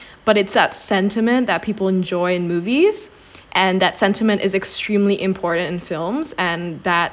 but it's that sentiment that people enjoy in movies and that sentiment is extremely important in films and that